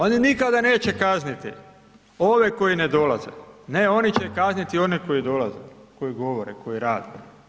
Oni nikada neće kazniti ove koji ne dolaze, ne oni će kazniti one koji dolaze, koji govore, koji rade.